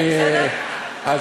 מה ההגדרה?